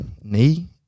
knee